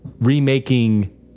remaking